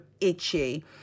itchy